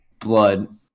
blood